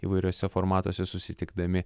įvairiuose formatuose susitikdami